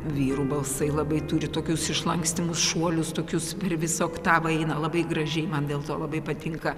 vyrų balsai labai turi tokius išlankstymus šuolius tokius per visą oktavą eina labai gražiai man dėl to labai patinka